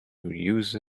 use